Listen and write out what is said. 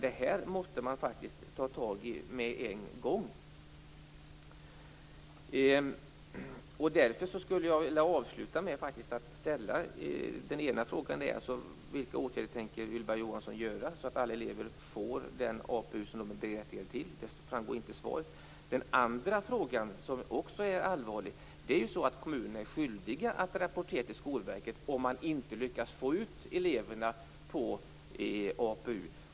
Det här måste man faktiskt ta tag i med en gång. Därför vill jag avsluta med att ställa några frågor. Den ena frågan är: Vilka åtgärder tänker Ylva Johansson vidta så att alla elever får den APU som de är berättigade till? Det framgår inte av svaret. Den andra frågan jag vill ställa är också allvarlig. Det är ju så att kommunerna är skyldiga att rapportera till Skolverket om man inte lyckas få ut eleverna på APU.